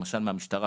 למשל מהמשטרה,